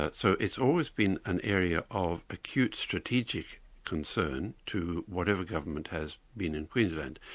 ah so it's always been an area of acute strategic concern to whatever government has been in queensland.